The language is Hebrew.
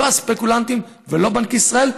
לא הספקולנטים ולא בנק ישראל,